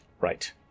right